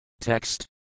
Text